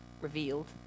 revealed